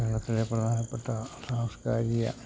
കേരളത്തിലെ പ്രധാനപ്പെട്ട സാംസ്കാരിക